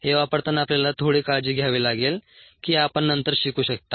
हे वापरताना आपल्याला थोडी काळजी घ्यावी लागेल की आपण नंतर शिकू शकता